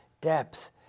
depth